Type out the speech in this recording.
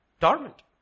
torment